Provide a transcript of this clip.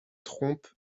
trompe